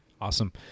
Awesome